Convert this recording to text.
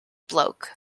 bloke